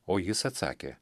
o jis atsakė